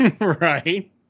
Right